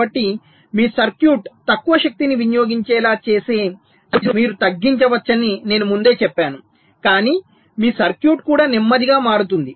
కాబట్టి మీ సర్క్యూట్ తక్కువ శక్తిని వినియోగించేలా చేసే సరఫరా వోల్టేజ్ను మీరు తగ్గించవచ్చని నేను ముందే చెప్పాను కానీ మీ సర్క్యూట్ కూడా నెమ్మదిగా మారుతుంది